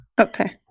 Okay